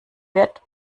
wird